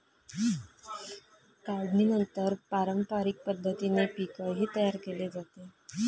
काढणीनंतर पारंपरिक पद्धतीने पीकही तयार केले जाते